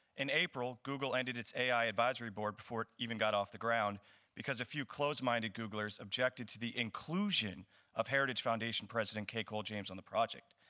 in april, google ended its ai advisory board before it even got off the ground because a few closed minded googlers objected to the inclusion of heritage foundation president kay cole james on the project.